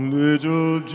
little